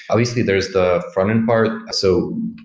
obviously, there's the frontend part. so,